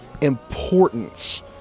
importance